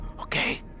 Okay